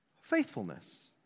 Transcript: Faithfulness